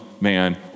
man